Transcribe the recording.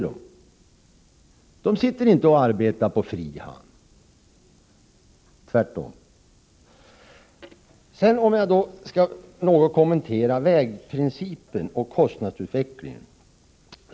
Transportrådet arbetar inte på fri hand, tvärtom. Jag vill något kommentera vägprincipen och kostnadsutvecklingen.